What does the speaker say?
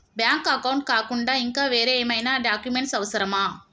Bank account కాకుండా ఇంకా వేరే ఏమైనా డాక్యుమెంట్స్ అవసరమా?